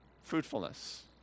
fruitfulness